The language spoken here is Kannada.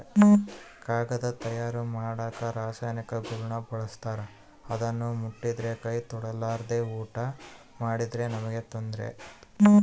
ಕಾಗದ ತಯಾರ ಮಾಡಕ ರಾಸಾಯನಿಕಗುಳ್ನ ಬಳಸ್ತಾರ ಅದನ್ನ ಮುಟ್ಟಿದ್ರೆ ಕೈ ತೊಳೆರ್ಲಾದೆ ಊಟ ಮಾಡಿದ್ರೆ ನಮ್ಗೆ ತೊಂದ್ರೆ